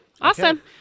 awesome